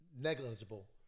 negligible